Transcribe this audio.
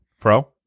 Pro